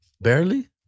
Barely